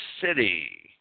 city